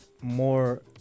more